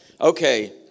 Okay